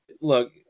look